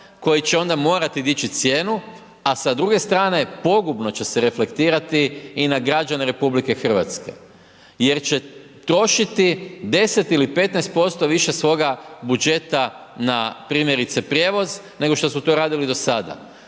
koji će onda morati dići cijenu. A s druge strane pogubno će se reflektirati i na građane RH, jer će trošiti 10 ili 15 posto više svoga budžeta na primjerice prijevoz nego što su to radili do sada.